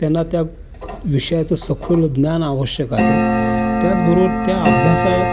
त्यांना त्या विषयाचं सखोल ज्ञान आवश्यक आहे त्याचबरोबर त्या अभ्यासात